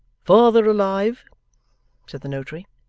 father alive said the notary.